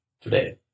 today